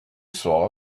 saw